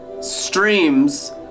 streams